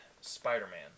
Spider-Man